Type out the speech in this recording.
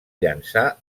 llançar